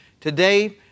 Today